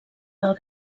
del